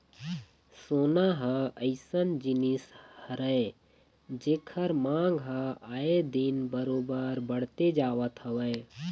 सोना ह अइसन जिनिस हरय जेखर मांग ह आए दिन बरोबर बड़ते जावत हवय